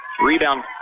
Rebound